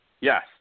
Yes